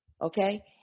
Okay